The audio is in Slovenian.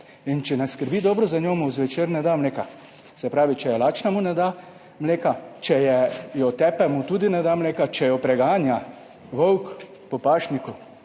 in če ne skrbi dobro za njo, mu zvečer ne da mleka. Se pravi, če je lačna, mu ne da mleka. Če je, jo tepem, tudi ne da mleka. Če jo preganja volk po pašniku,